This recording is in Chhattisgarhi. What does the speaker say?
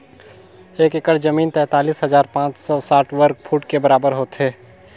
एक एकड़ जमीन तैंतालीस हजार पांच सौ साठ वर्ग फुट के बराबर होथे